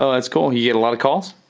so that's cool. you get a lot of calls?